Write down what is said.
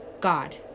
God